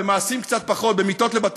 במעשים קצת פחות,